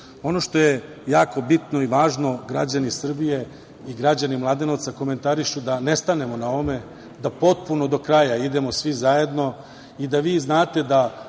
što je jako bitno i važno, građani Srbije i građani Mladenovca komentarišu da ne stanemo na ovome, da potpuno do kraja idemo svi zajedno i da vi znate da